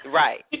right